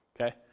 Okay